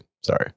Sorry